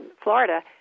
Florida